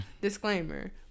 disclaimer